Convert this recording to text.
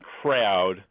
crowd